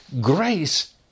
Grace